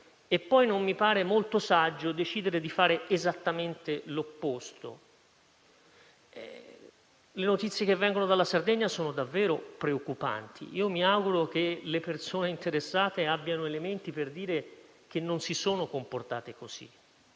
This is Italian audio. E non mi pare poi molto saggio decidere di fare esattamente l'opposto. Le notizie che vengono dalla Sardegna sono davvero preoccupanti. Mi auguro che le persone interessate abbiano elementi per dire che non si sono comportate in